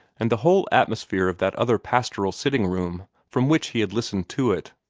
and the whole atmosphere of that other pastoral sitting room, from which he had listened to it.